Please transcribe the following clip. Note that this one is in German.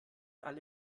alle